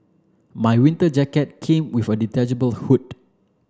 my winter jacket came with a detachable hood